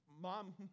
Mom